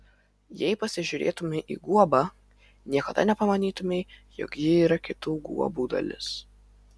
jei pasižiūrėtumei į guobą niekada nepamanytumei jog ji yra kitų guobų dalis